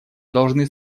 должны